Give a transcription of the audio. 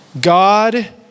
God